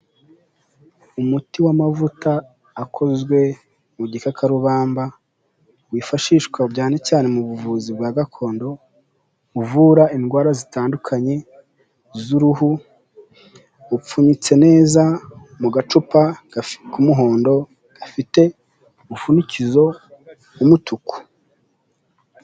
Umuti w'amavuta akozwe mu gikakarubamba, wifashishwa cyane cyane mu buvuzi bwa gakondo, uvura indwara zitandukanye z'uruhu, upfunyitse neza mu gacupa gafi k'umuhondo gafite umufunikizo w'umutuku.